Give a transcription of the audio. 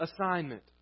assignment